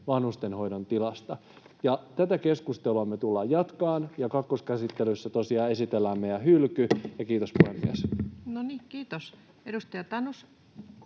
vanhustenhoidon tilasta. Tätä keskustelua me tullaan jatkamaan, ja kakkoskäsittelyssä tosiaan esitellään meidän hylky. — Kiitos, puhemies. [Speech 61] Speaker: